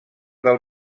del